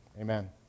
Amen